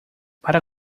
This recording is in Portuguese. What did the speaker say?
para